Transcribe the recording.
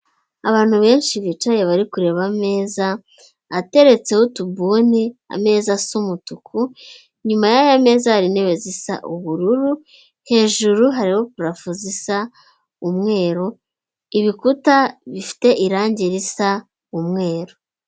Abantu benshi bicaye bari kureba ameza, ateretse utubuni ameza asa umutuku, inyuma y'aya meza intebe zisa ubururu, hejuru hariho purafo zisa umweru, ibikuta bifite irangi risa umweru.